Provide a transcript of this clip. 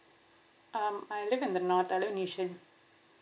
um I live in the north I live in yishun